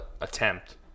attempt